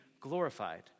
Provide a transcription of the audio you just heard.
glorified